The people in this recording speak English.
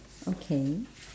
okay